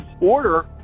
order